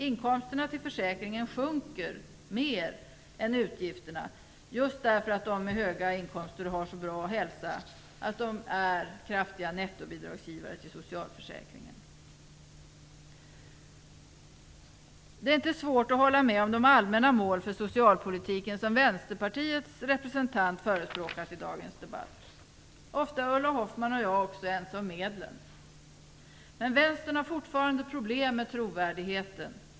Inkomsterna till försäkringen sjunker mer än utgifterna, just därför att de som har höga inkomster har så bra hälsa att de blir stora nettobidragsgivare till socialförsäkringen. Det är inte svårt att hålla med om de allmänna mål för socialpolitiken som Vänsterpartiets representant förespråkat i dagens debatt. Ofta är Ulla Hoffmann och jag också ense om medlen. Men Vänstern har fortfarande problem med trovärdigheten.